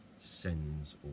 sends